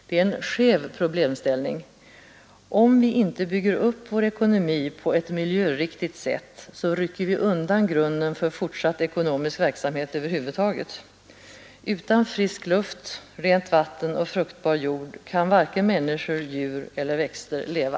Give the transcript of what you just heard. Det är en skev problemställning. Om vi inte bygger upp vår ekonomi på ett miljöriktigt sätt, så rycker vi undan grunden för fortsatt ekonomisk verksamhet över huvud taget. Utan frisk luft, rent vatten och fruktbar jord kan varken människor, djur eller växter leva.